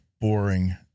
boring